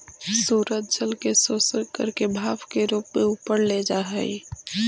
सूरज जल के शोषण करके भाप के रूप में ऊपर ले जा हई